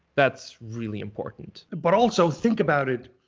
that's really important. but also think about it,